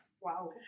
Wow